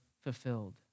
fulfilled